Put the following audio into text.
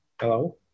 Hello